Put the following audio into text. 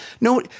no